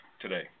today